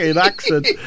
accent